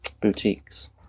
Boutiques